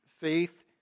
faith